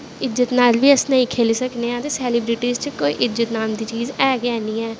इज्जत नाल बी अस नेंई खेली सकदे ऐं ते सैलिब्रिटी च कोई इज्जत नांऽ दी चीज़ है गै नी ऐ